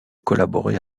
collaborer